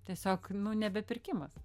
tiesiog nu nebepirkimas